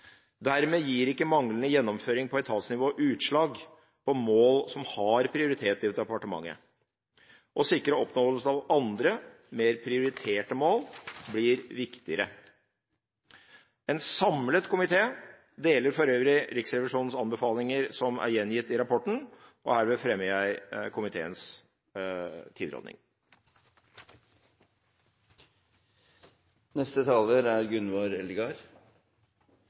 Dermed gir ikke manglende gjennomføring på etatsnivå utslag på mål som har prioritet i departementet. Å sikre opprettholdelsen av andre, mer prioriterte mål blir viktigere. En samlet komité deler for øvrig Riksrevisjonens anbefalinger som er gjengitt i rapporten, og herved anbefaler jeg komiteens